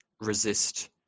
resist